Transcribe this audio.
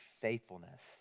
faithfulness